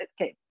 okay